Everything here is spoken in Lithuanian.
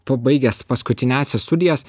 pabaigęs paskutiniąsias studijas